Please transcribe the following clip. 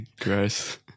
gross